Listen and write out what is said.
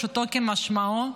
פשוטו כמשמעו?